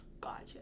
gotcha